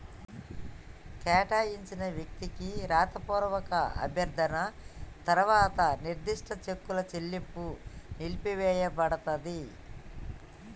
కేటాయించిన వ్యక్తికి రాతపూర్వక అభ్యర్థన తర్వాత నిర్దిష్ట చెక్కుల చెల్లింపు నిలిపివేయపడతది